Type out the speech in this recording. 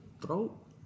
throat